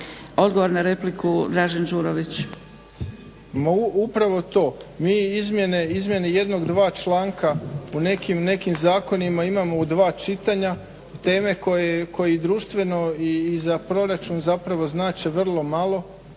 Đurović. **Đurović, Dražen (HDSSB)** Ma upravo to, mi izmjene jednog, dva članka u nekim zakonima imamo u dva čitanja. Teme koje društveno i za proračun znače vrlo malo